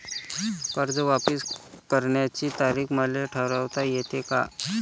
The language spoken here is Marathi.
कर्ज वापिस करण्याची तारीख मले ठरवता येते का?